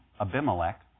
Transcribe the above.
Abimelech